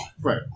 Right